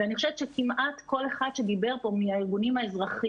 ואני חושבת שכמעט כל אחד שדיבר פה מהארגונים האזרחיים,